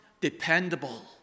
dependable